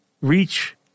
reach